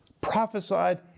prophesied